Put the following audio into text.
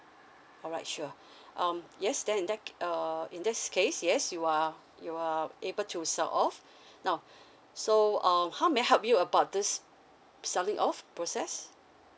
alright sure um yes then in that um in this case yes you are you are able to sell of now so uh how may I help you about this selling of process